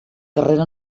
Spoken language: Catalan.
carrera